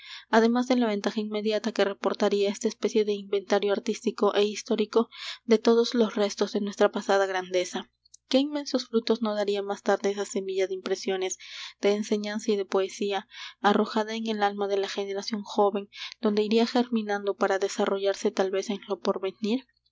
además de la ventaja inmediata que reportaría esta especie de inventario artístico é histórico de todos los restos de nuestra pasada grandeza qué inmensos frutos no daría más tarde esa semilla de impresiones de enseñanza y de poesía arrojada en el alma de la generación joven donde iría germinando para desarrollarse tal vez en lo porvenir